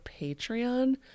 Patreon